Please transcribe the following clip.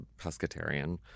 pescatarian